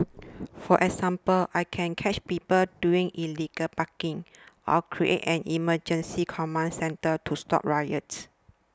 for example I can catch people doing illegal parking or create an emergency command centre to stop riots